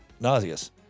nauseous